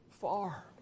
far